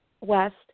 west